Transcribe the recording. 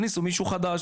הכניסו מישהו חדש,